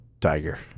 Tiger